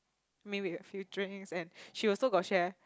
maybe a few drinks and she also got share